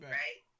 right